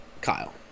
Kyle